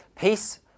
Peace